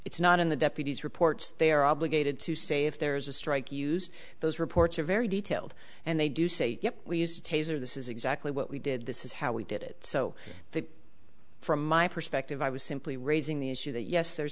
it's not in the deputy's reports they are obligated to say if there's a strike use those reports are very detailed and they do say yep we used to taser this is exactly what we did this is how we did it so i think from my perspective i was simply raising the issue that yes there's